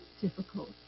difficult